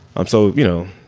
um so you know,